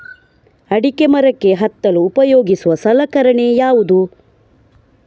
ಅಡಿಕೆ ಮರಕ್ಕೆ ಹತ್ತಲು ಉಪಯೋಗಿಸುವ ಸಲಕರಣೆ ಯಾವುದು?